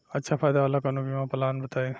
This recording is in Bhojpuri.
अच्छा फायदा वाला कवनो बीमा पलान बताईं?